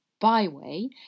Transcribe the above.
Byway